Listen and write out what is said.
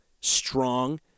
strong